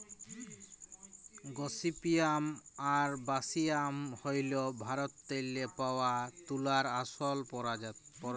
gossypium arboreum হ্যইল ভারতেল্লে পাউয়া তুলার আসল পরজাতি